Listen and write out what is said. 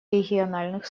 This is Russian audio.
региональных